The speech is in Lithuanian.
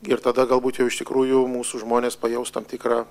ir tada galbūt jau iš tikrųjų mūsų žmonės pajaus tam tikrą